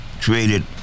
created